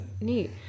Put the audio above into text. neat